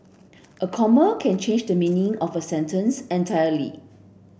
a comma can change the meaning of a sentence entirely